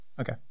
Okay